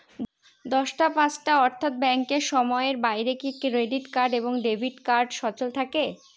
দশটা পাঁচটা অর্থ্যাত ব্যাংকের সময়ের বাইরে কি ক্রেডিট এবং ডেবিট কার্ড সচল থাকে?